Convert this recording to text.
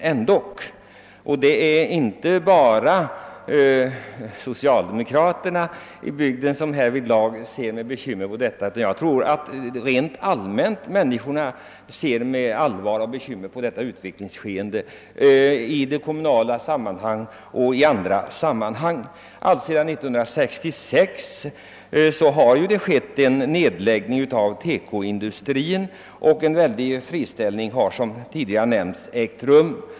Detta, fru Hörnlund, gäller inte bara socialdemokraterna, utan jag tror att invånarna i allmänhet hyser oro för vad som sker i både kommunala och andra sammanhang. Alltsedan 1966 har förekommit en nedläggning inom TEKO-industrin, och en mycket stor friställning av arbetskraft har, som tidigare nämnts, ägt rum.